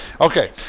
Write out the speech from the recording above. Okay